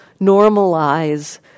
normalize